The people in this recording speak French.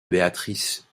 béatrice